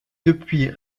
depuis